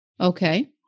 Okay